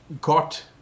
got